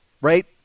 right